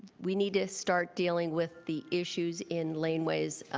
we need to start dealing with the issues in laneways,